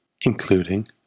including